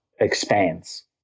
expands